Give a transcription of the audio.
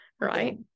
right